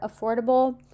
affordable